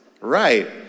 right